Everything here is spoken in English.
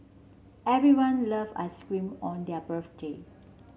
everyone love ice cream on their birthday